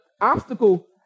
Obstacle